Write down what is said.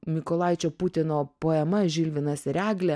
mykolaičio putino poema žilvinas ir eglė